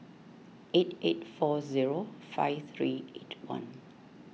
eight eight four zero five three eight one